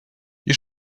you